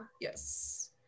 yes